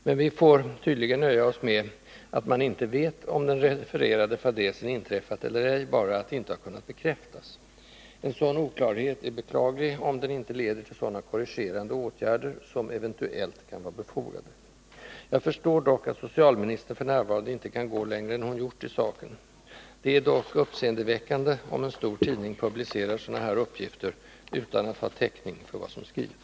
Men vi får tydligen nöja oss med att man inte vet om den refererade fadäsen inträffat eller ej — bara att det inte har kunnat bekräftas. En sådan oklarhet är beklaglig, eftersom den inte leder till sådana korrigerande åtgärder som ”eventuellt” kan vara befogade. Jag förstår dock att socialministern f. n. inte kan gå längre än hon gjort i saken. Det är dock uppseendeväckande, om en stor tidning publicerar sådana här uppgifter utan att ha täckning för vad som skrivits.